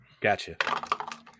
Gotcha